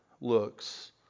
looks